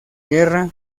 guerra